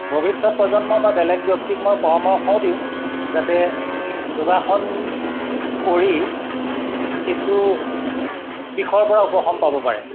ভৱিষ্যত প্ৰজন্ম বা বেলেগ ব্যক্তিক মই পৰামৰ্শও দিওঁ যাতে যোগাসন কৰি কিছু বিষৰ পৰা উপশম পাব পাৰে